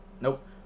Nope